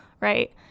right